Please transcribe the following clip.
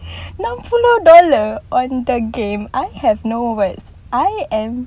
enam puluh dollar on the game I have no words I am